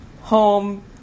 home